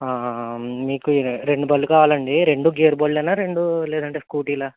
మీకు రెండు బళ్ళు కావాలాండి రెండు గేర్ బళ్ళు రెండు లేదంటే స్కూటీలాగా